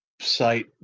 site